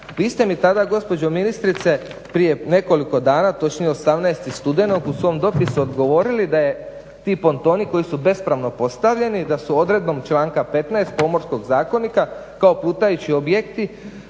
vi ste mi tada gospođo ministrice prije nekoliko dana, točnije 18.studenog u svom dopisu odgovorili da su pontoni oni koji su bespravno postavljeni da su odredbom članka 15 Pomorskog zakonika kao plutajući objekti